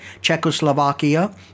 Czechoslovakia